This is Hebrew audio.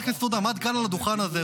חבר הכנסת עודה עמד כאן על הדוכן הזה,